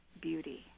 beauty